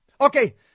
Okay